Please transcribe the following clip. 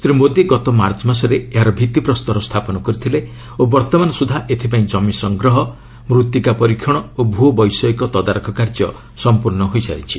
ଶ୍ରୀ ମୋଦି ଗତ ମାର୍ଚ୍ଚ ମାସରେ ଏହାର ଭିତ୍ତିପ୍ରସ୍ତର ସ୍ଥାପନ କରିଥିଲେ ଓ ବର୍ତ୍ତମାନ ସୁଦ୍ଧା ଏଥିପାଇଁ ଜମି ସଂଗ୍ରହ ମୃତ୍ତିକା ପରୀକ୍ଷଣ ଓ ଭ୍ ବୈଷୟିକ ତଦାରଖ କାର୍ଯ୍ୟ ସମ୍ପର୍ଣ୍ଣ ହୋଇସାରିଛି